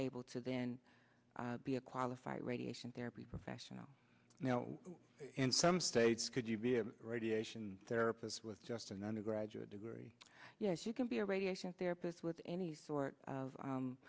able to then be a qualified radiation therapy professional you know in some states could you be a radiation therapist was just an undergraduate degree yes you can be a radiation therapist with any sort of